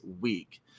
week